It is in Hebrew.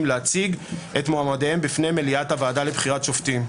להציג את מועמדיהם בפני מליאת הוועדה לבחירת שופטים.